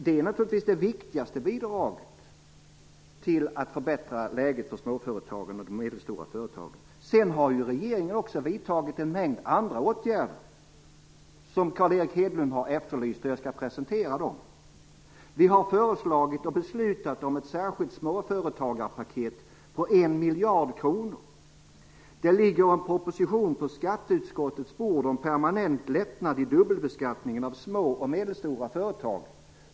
Det är naturligtvis det viktigaste bidraget när det gäller att förbättra läget för små och medelstora företag. Regeringen har också vidtagit en mängd andra åtgärder, som Carl Erik Hedlund har efterlyst. Jag skall presentera dem. Vi har föreslagit och beslutat om ett särskilt småföretagarpaket på 1 miljard kronor. Det ligger en proposition på skatteutskottets bord om permanent lättnad i dubbelbeskattningen av små och medelstora företag.